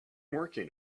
working